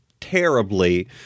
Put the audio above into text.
terribly